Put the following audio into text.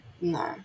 no